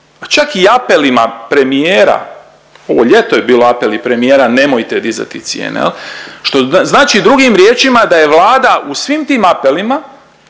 čak i apelima premijera, ovo ljeto je bio i apel premijera nemojte dizati cijene jel. Što znači drugim riječima da je Vlada u svim tim apelima